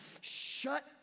shut